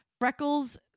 freckles